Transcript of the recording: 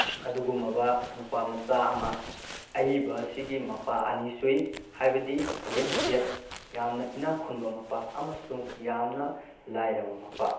ꯑꯗꯨꯒꯨꯝꯂꯕ ꯅꯨꯄꯥ ꯃꯆꯥ ꯑꯃ ꯑꯏꯕ ꯑꯁꯤꯒꯤ ꯃꯄꯥ ꯑꯅꯤ ꯁꯨꯏ ꯍꯥꯏꯕꯗꯤ ꯔꯤꯁ ꯗꯦꯠ ꯌꯥꯝꯅ ꯏꯅꯥꯛꯈꯨꯟꯕ ꯃꯄꯥ ꯑꯃꯁꯨꯡ ꯌꯥꯝꯅ ꯂꯥꯏꯔꯕ ꯃꯄꯥ